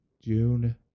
June